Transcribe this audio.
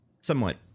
Somewhat